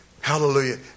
Hallelujah